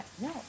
no